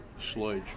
sludge